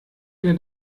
der